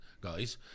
guys